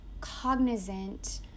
cognizant